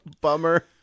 Bummer